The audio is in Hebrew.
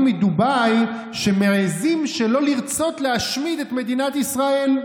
מדובאי שמעיזים שלא לרצות להשמיד את מדינת ישראל.